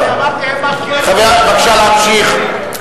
אני אמרתי שהם מצביעים, בבקשה להמשיך.